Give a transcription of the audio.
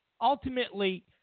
Ultimately